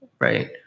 right